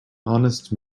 honest